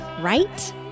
Right